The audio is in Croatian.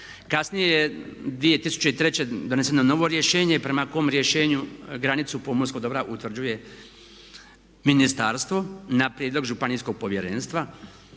Kasnije je 2003. doneseno novo rješenje prema kom rješenju granicu pomorskog dobra utvrđuje ministarstvo na prijedlog županijskog povjerenstva